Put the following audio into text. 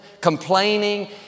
complaining